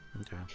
okay